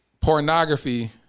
pornography